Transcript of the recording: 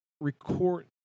record